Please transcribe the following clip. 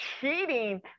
cheating